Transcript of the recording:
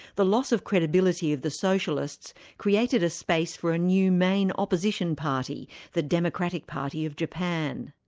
the loss of credibility of the socialists created a space for a new main opposition party the democratic party of japan.